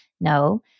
No